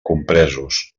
compresos